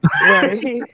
Right